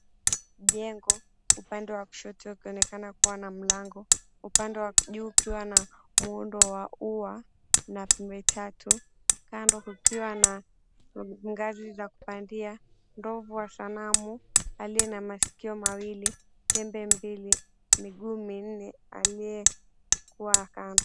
Jengo, upande wa kushoto ukionekana kuwa na mlango, upande wa juu ukiwa na muundo wa ua na pembe tatu, kando kukiwa na ngazi za kupandia, ndovu wa sanamu aliye na masikio mawili, pembe mbili, miguu minne, aliyekuwa kando.